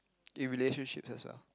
in relationships as well